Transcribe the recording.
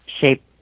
shape